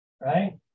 right